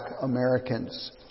Americans